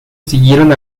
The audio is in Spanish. siguieron